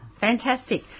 fantastic